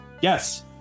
Yes